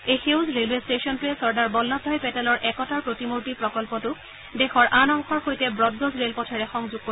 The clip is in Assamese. এই সেউজ ৰেলৱে ট্টেশ্যনটোৱে চৰ্দাৰ বল্লভভাই পেটেলৰ একতাৰ প্ৰতিমূৰ্তি প্ৰকল্পটোক দেশৰ আন অংশৰ সৈতে ব্ৰডগজ ৰেলপথেৰে সংযোগ কৰিব